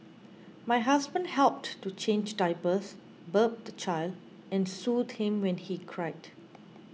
my husband helped to change diapers burp the child and soothe him when he cried